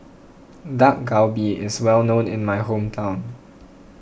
Dak Galbi is well known in my hometown